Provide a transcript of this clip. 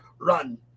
run